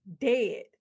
dead